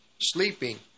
sleeping